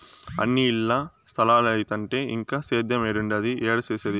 అన్నీ ఇల్ల స్తలాలైతంటే ఇంక సేద్యేమేడుండేది, ఏడ సేసేది